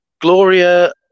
Gloria